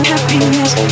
Happiness